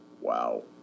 wow